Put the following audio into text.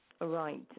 Right